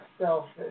selfish